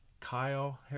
Kyle